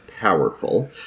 powerful